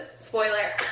Spoiler